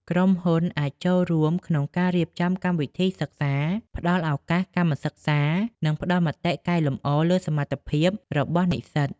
ក្រុមហ៊ុនអាចចូលរួមក្នុងការរៀបចំកម្មវិធីសិក្សា ផ្តល់ឱកាសកម្មសិក្សា និងផ្តល់មតិកែលម្អលើសមត្ថភាពរបស់និស្សិត។